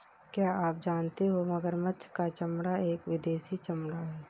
क्या आप जानते हो मगरमच्छ का चमड़ा एक विदेशी चमड़ा है